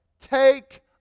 Take